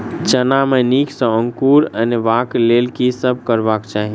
चना मे नीक सँ अंकुर अनेबाक लेल की सब करबाक चाहि?